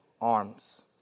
arms